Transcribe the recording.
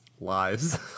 lies